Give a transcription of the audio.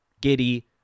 Giddy